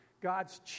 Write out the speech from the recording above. God's